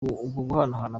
guhanahana